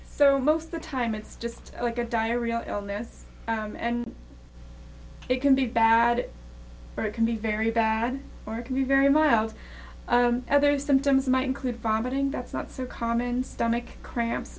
so most of the time it's just like a diarrheal illness and it can be bad it can be very bad or it can be very mild other symptoms might include firing that's not so common stomach cramps